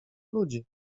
ludzi